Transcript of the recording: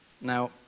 now